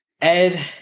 Ed